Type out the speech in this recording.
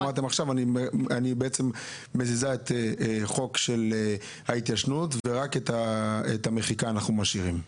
עכשיו אתם מזיזים את חוק ההתיישנות ורק את המחיקה אתם משאירים.